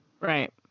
Right